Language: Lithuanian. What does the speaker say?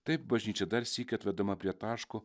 taip bažnyčia dar sykį atvedama prie taško